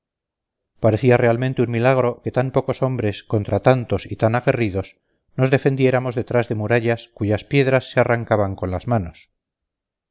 parecía realmente un milagro que tan pocos hombres contra tantos y tan aguerridos nos defendiéramos detrás de murallas cuyas piedras se arrancaban con las manos